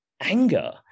anger